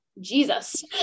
Jesus